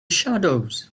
shadows